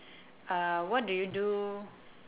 uh what do you do